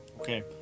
Okay